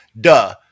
duh